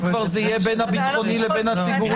אם כבר זה יהיה בין הביטחוני לבין הציבורי.